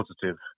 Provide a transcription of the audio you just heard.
positive